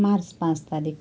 March पाँच तारिक